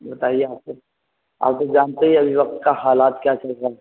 بتائیے آپ کو آپ تو جانتے ہی ہیں ابھی وقت کا حالات کیا چل رہا ہے